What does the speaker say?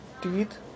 teeth